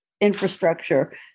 infrastructure